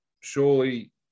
surely